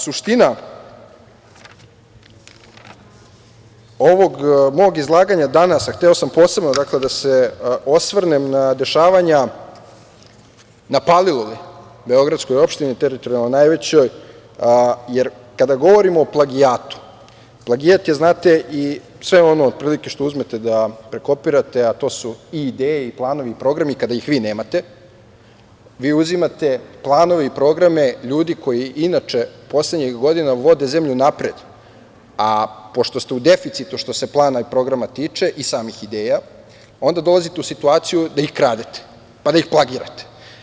Suština ovog mog izlaganja danas, a hteo sam posebno da se osvrnem na dešavanja na Paliluli, beogradskoj opštini, teritorijalno najvećoj, jer kada govorimo o plagijatu, plagijat je i sve ono što uzmete da prekopirate, a to su i ideje i planovi i programi kada ih vi nemate, vi uzimate planove i programe ljudi koji inače poslednjih godina vode zemlju napred, a pošto ste u deficitu što se plana i programa tiče, i samih ideja, onda dolazite u situaciju da ih kradete, pa da ih plagirate.